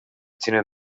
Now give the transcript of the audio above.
ține